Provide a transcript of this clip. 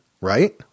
right